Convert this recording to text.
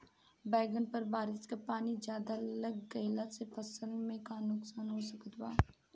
बैंगन पर बारिश के पानी ज्यादा लग गईला से फसल में का नुकसान हो सकत बा?